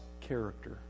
character